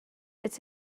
it’s